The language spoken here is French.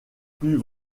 plus